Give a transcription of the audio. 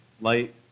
light